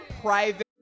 private